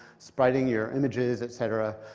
spriting your images, et cetera.